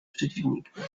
przeciwnikiem